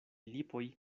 lipoj